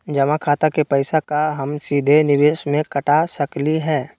जमा खाता के पैसा का हम सीधे निवेस में कटा सकली हई?